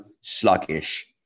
sluggish